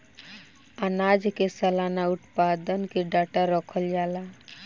आनाज के सलाना उत्पादन के डाटा रखल जाला